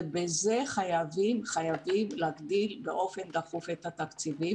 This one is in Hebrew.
ובזה חייבים להגדיל באופן דחוף את התקציבים